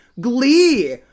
Glee